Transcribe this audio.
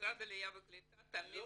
משרד העלייה והקליטה תמיד